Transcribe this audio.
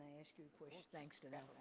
i ask you a question, thanks to i